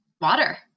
Water